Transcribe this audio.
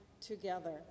together